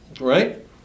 Right